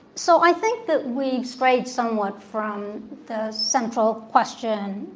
so, i think that we strayed somewhat from the central question,